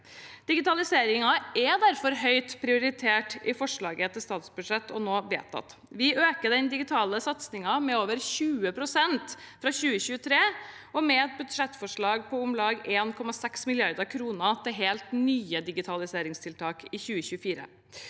Digitalisering er derfor høyt prioritert i forslaget til statsbudsjett, som nå er vedtatt. Vi øker den digitale satsingen med over 20 pst. fra 2023, med et budsjettforslag på om lag 1,6 mrd. kr til helt nye digitaliseringstiltak i 2024.